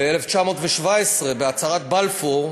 ב-1917, בהצהרת בלפור,